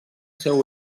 seu